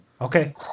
Okay